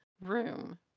room